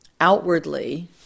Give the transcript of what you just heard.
outwardly